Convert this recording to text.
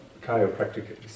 chiropractic